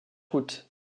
août